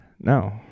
No